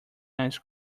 ice